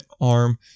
arm